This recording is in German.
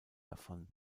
davon